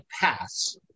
paths